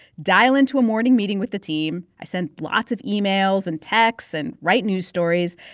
dial into a morning meeting with the team. i send lots of emails and texts and write news stories.